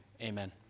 amen